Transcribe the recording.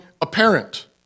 apparent